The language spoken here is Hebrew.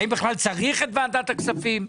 האם בכלל צריך את ועדת הכספים.